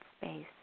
space